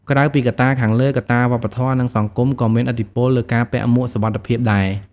ក្រៅពីកត្តាខាងលើ កត្តាវប្បធម៌ និងសង្គមក៏មានឥទ្ធិពលលើការពាក់មួកសុវត្ថិភាពដែរ។